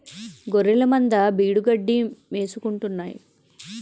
గొఱ్ఱెలమంద బీడుగడ్డి మేసుకుంటాన్నాయి